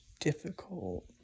Difficult